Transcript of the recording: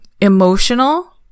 Emotional